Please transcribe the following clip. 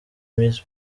miss